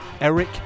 Eric